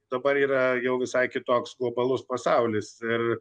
dabar yra jau visai kitoks globalus pasaulis ir